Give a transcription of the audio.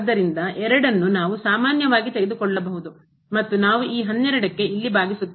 ಆದ್ದರಿಂದ 2 ಅನ್ನು ನಾವು ಸಾಮಾನ್ಯವಾಗಿ ತೆಗೆದುಕೊಳ್ಳಬಹುದು ಮತ್ತು ನಾವು ಈ 12 ಕ್ಕೆ ಇಲ್ಲಿ ಭಾಗಿಸುತ್ತೇವೆ